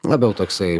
labiau toksai